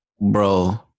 bro